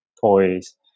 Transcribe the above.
toys